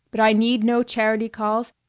but i need no charity calls,